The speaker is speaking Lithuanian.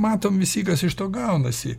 matom visi kas iš to gaunasi